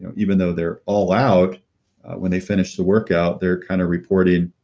even though they're all out when they finish the workout, they're kind of reporting,